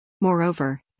Moreover